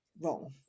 wrong